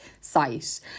site